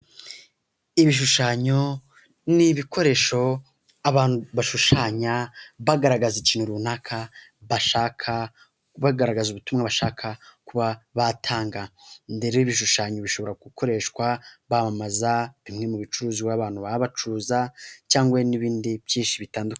Ibishushanyo ni ibikoresho abantu bashushanya bagaragaza ikintu runaka bashaka, bagaragaza ubutumwa bashaka kuba batanga, ibishushanyo bishobora gukoreshwa bamamaza bimwe mu bicuruzwa abantu baba bacuza cyangwa hari n'ibindi byinshi bitandukanye.